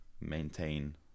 maintain